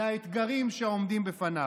הוא נכנע לאתגרים שעומדים בפניו.